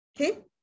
Okay